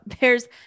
there's-